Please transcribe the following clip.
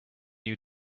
new